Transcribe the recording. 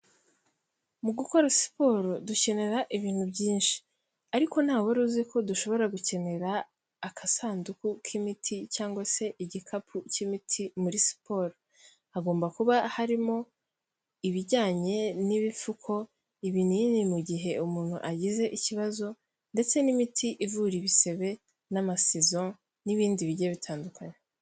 Mu gukora siporo, dukenera ibintu byinshi. Ariko nta wari uzi ko dushobora gukenera agasanduku k'imiti, cyangwa se igikapu cy'imiti muri siporo. Hagomba kuba harimo ibijyanye n'ibipfuko, ibinini mu gihe umuntu agize ikibazo, ndetse n'imiti ivura ibisebe, n'amasizo, n'ibindi bigiye bitandukanye.